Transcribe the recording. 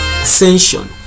ascension